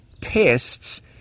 pests